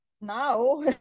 Now